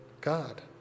God